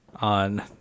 on